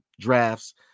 drafts